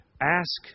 Ask